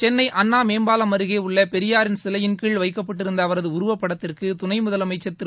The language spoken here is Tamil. சென்னை அண்ணா மேம்பாலம் அருகே உள்ள பெரியாரின் சிலையின் கீழ் வைக்கப்பட்டிருந்த அவரது உருவப் படத்திற்கு துணை முதலமைச்சர் திரு